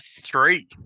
three